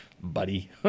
buddy